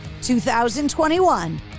2021